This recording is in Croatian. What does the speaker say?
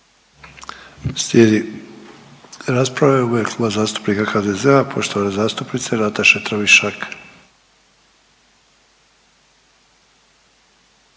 Slijedi rasprava u ime Kluba zastupnika HDZ-a poštovane zastupnice Nataše Tramišak.